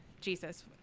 Jesus